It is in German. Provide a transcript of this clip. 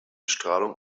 strahlung